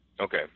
okay